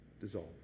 dissolve